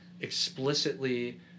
explicitly